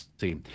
see